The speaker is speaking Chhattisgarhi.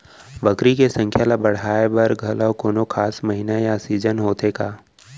बकरी के संख्या ला बढ़ाए बर घलव कोनो खास महीना या सीजन होथे का?